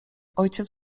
ojciec